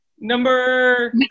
Number